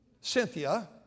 Cynthia